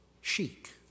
chic